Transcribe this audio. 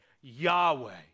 Yahweh